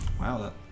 Wow